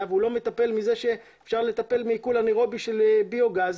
והוא לא מטפל בזה שאפשר לטפל בעיכול אנאירובי של ביוגז.